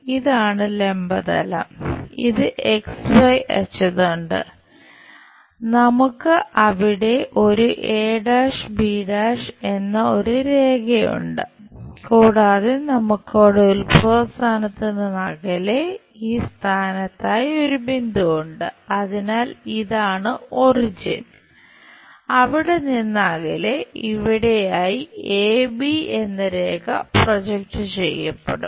ഇതാണ് ലംബ തലം ഇത് X Y അച്ചുതണ്ട് നമുക്ക് അവിടെ ഒരു ചെയ്യപ്പെടും